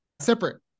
separate